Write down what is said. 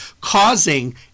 causing